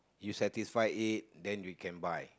you satisfied then you can buy